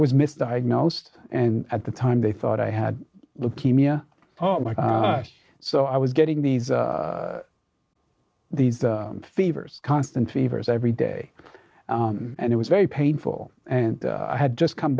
was misdiagnosed and at the time they thought i had leukemia oh my god so i was getting these these fevers constant fevers every day and it was very painful and i had just come